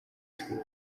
school